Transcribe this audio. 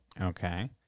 Okay